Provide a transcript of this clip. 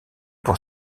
pour